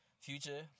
Future